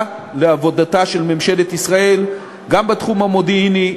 לעבודתה של ממשלת ישראל גם בתחום המודיעיני,